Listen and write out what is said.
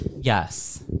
Yes